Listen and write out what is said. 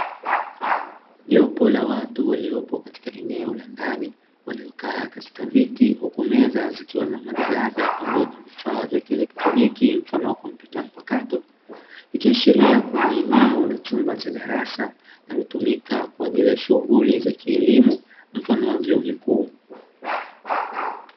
Jopo la watu waliopo katika eneo la ndani, waliokaa kwenye vit,i huku meza zikiwa na majalada pamoja na vifaa vya kielektroniki mfano wa kompyuta mpakato, ikiashiria kuwa ni eneo la chumba cha darasa linalotumika kwa ajili ya shughuli za kielimu, mfano wa chuo kikuu.